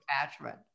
attachment